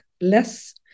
less